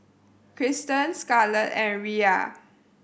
Kristan Scarlett and Riya